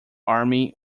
army